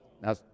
Now